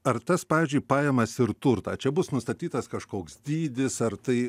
ar tas pavyzdžiui pajamas ir turtą čia bus nustatytas kažkoks dydis ar tai